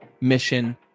mission